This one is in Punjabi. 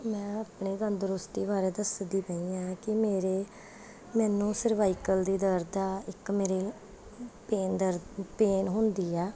ਮੈਂ ਆਪਣੇ ਤੰਦਰੁਸਤੀ ਬਾਰੇ ਦੱਸਦੀ ਪਈ ਹਾਂ ਕਿ ਮੇਰੇ ਮੈਨੂੰ ਸਰਵਾਈਕਲ ਦੀ ਦਰਦ ਆ ਇੱਕ ਮੇਰੇ ਪੇਨ ਦਰਦ ਪੇਨ ਹੁੰਦੀ ਆ